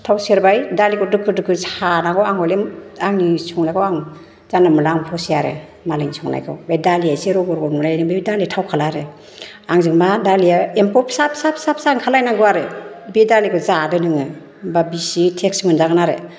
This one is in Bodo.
थाव सेरबाय दालिखौ दोखो दोखो सानांगौ आं हयले आंनि संनायखौ आं जानला मोनला आं फसाया आरो मालायनि संनायखौ बे दालि एसे रग' रग' नुलायदों बे दालिया थावखाला आरो आंजों मा दालिया एम्फौ फिसा फिसा फिसा ओंखारलायनांगौ आरो बे दालिखौ जादो नोङो होमबा बिसि टेस्त मोनजागोन आरो